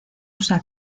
usa